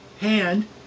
hand